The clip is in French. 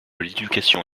l’éducation